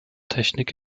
technik